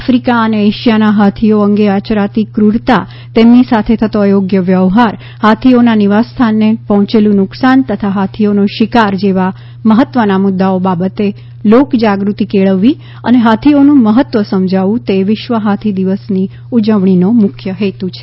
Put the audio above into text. Africa અને એશિયાના હાથીઓ અંગે આચરાતી ક્રરતા તેમની સાથે થતો અયોગ્ય વ્યવહાર હાથીઓના નિવાસ સ્થાનને પહોંચેલુ નુકસાન તથા હાથીઓનો શિકાર જેવા મહત્વના મુદ્દાઓ બાબતે લોકજાગૃતિ કેળવવી અને હાથીઓનું મહત્વ સમજાવવું તે વિશ્વ હાથી દિવસની ઉજવણીનો મુખ્ય હેતુ છે